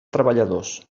treballadors